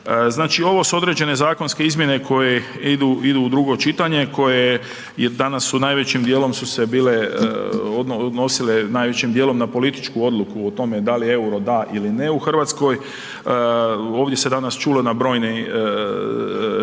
Znači ovo si određene zakonske izmjene koje idu u drugo čitanje, koje je danas su najvećim dijelom su se bile odnosile najvećim dijelom na političku odluku o tome da li EUR-o da ili ne u Hrvatskoj. Ovdje se danas čulo na brojne činjenice